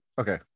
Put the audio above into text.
okay